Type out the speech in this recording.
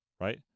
right